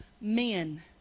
men